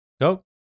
Go